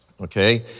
okay